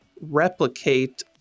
replicate